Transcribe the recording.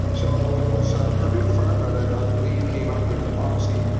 so it was purdue pharma that i believe came up with oxycontin,